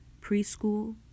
preschool